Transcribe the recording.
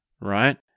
right